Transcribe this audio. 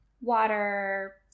water